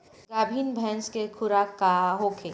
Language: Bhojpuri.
गाभिन भैंस के खुराक का होखे?